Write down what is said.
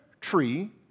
tree